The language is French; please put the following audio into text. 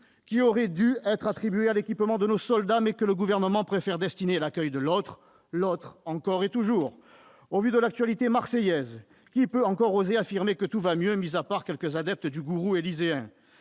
qui auraient dû être attribués à l'équipement de nos soldats, mais que le Gouvernement préfère destiner à l'accueil de l'« Autre »-« l'Autre », encore et toujours ! Au vu de l'actualité marseillaise, qui peut encore oser affirmer que tout va mieux, mis à part quelques adeptes du gourou élyséen ?